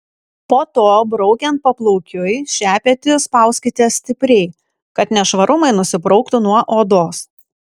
po to braukiant paplaukiui šepetį spauskite stipriai kad nešvarumai nusibrauktų nuo odos